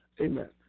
Amen